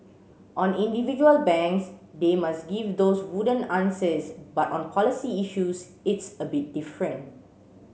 on individual banks they must give those wooden answers but on policy issues it's a bit different